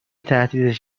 تهدیدش